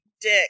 Dick